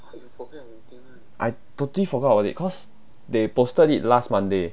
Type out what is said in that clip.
I totally forgot about it cause they posted it last monday